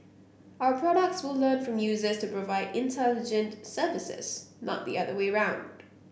our products will learn from users to provide intelligent services not the other way around